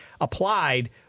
applied